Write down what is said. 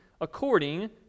according